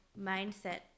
mindset